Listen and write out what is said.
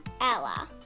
Ella